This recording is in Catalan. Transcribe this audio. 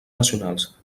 nacionals